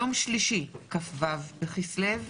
ביום שלישי, כ"ו בכסלו,